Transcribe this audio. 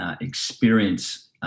experience